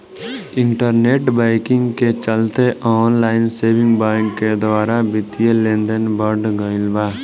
internet banking के चलते online saving bank के द्वारा बित्तीय लेनदेन बढ़ गईल बा